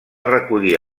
recollir